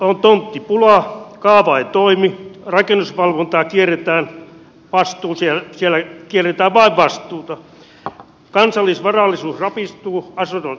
on tonttipula kaava ei toimi rakennusvalvonnassa vain kierretään vastuuta kansallisvarallisuus rapistuu asunnot ränsistyvät